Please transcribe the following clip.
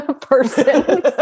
person